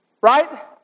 right